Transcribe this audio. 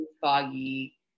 foggy